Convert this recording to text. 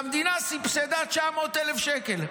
והמדינה סבסדה 900,000 שקל.